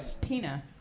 Tina